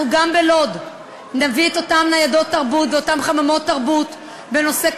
גם ללוד נביא את אותן ניידות תרבות ואותן חממות תרבות בנושא קולנוע,